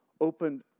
opened